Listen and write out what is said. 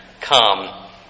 come